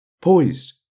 poised